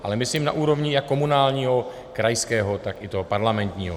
Ale myslím na úrovni jak komunálního, krajského, tak i toho parlamentního.